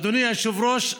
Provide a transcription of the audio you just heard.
אדוני היושב-ראש,